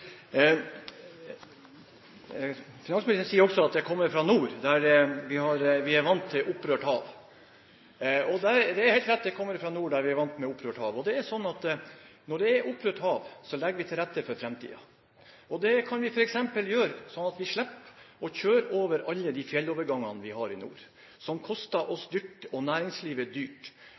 Finansministeren sier også at jeg kommer fra nord, der vi er vant til opprørt hav. Det er helt rett: Jeg kommer fra nord, der vi er vant til opprørt hav. Det er sånn at når det er opprørt hav, legger vi til rette for framtiden. Det kan vi f.eks. gjøre sånn at vi slipper å kjøre over alle de fjellovergangene vi har i nord, som koster oss og næringslivet dyrt.